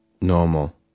normal